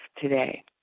today